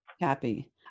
happy